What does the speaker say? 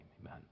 Amen